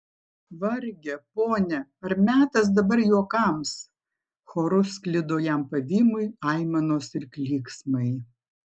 varge pone ar metas dabar juokams choru sklido jam pavymui aimanos ir klyksmai